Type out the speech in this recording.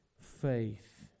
faith